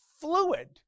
fluid